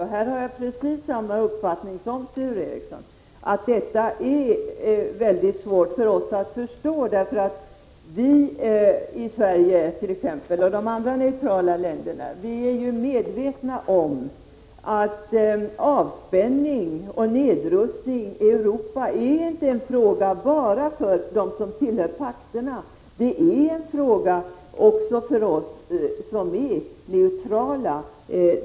Härvidlag har jag precis samma uppfattning som Sture Ericson, att detta är väldigt svårt för oss att förstå, därför att vi i Sverige — liksom fallet är i de andra neutrala länderna —är ju medvetna om att avspänning och nedrustning i Europa är inte en fråga bara för dem som tillhör pakterna. Det är en fråga även för oss neutrala.